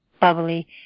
bubbly